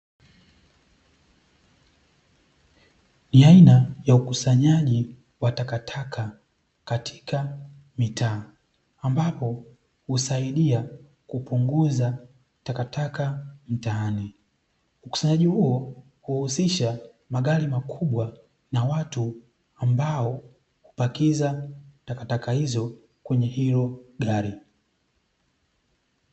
Ni aina ya ukusanyaji wa takataka katika mitaa, ambapo husaidia kupunguza takataka mitaani, ukusanyaji huo uhusisha magari makubwa na watu ambao hupakiza takataka hizo kwenye hilo gari.